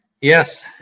Yes